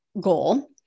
goal